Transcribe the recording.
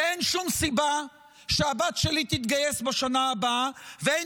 ואין שום סיבה שהבת שלי תתגייס בשנה הבאה ואין